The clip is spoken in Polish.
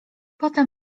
potem